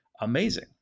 amazing